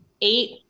eight